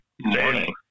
morning